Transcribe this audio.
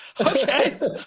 Okay